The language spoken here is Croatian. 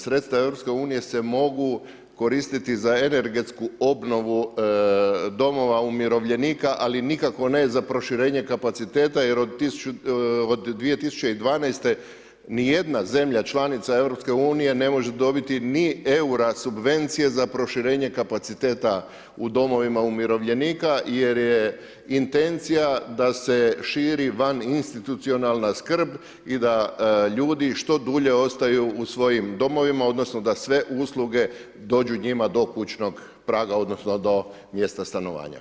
Sredstva EU se mogu koristiti za energetsku obnovu domova umirovljenika, ali nikako ne za proširenje kapaciteta jer od 2012. ni jedna zemlja članica EU ne može dobiti ni eura subvencije za proširenje kapaciteta u domovima umirovljenika, jer je intencija da se širi vaninstitucionalna skrb i da ljudi što dulje ostaju u svojim domovima, odnosno da sve usluge dođu njima do kućnog praga, odnosno do mjesta stanovanja.